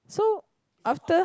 so after